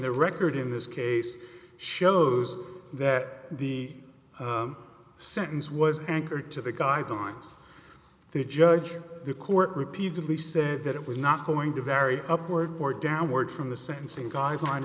the record in this case shows that the sentence was anchored to the guidelines the judge the court repeatedly said that it was not going to vary upward or downward from the sentencing guideline